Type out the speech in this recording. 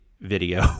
video